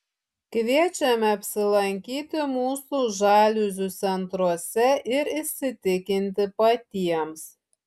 kviečiame apsilankyti mūsų žaliuzių centruose ir įsitikinti patiems